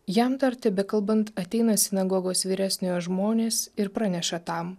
jam dar tebekalbant ateina sinagogos vyresniojo žmonės ir praneša tam